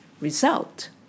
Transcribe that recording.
result